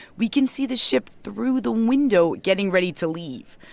we can see the ship through the window getting ready to leave.